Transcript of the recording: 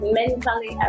Mentally